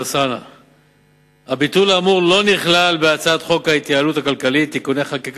לפני כשנתיים שולמה לכלל חיילי הקבע